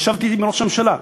ישבתי עם ראש הממשלה,